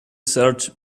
search